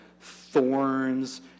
thorns